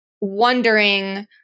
wondering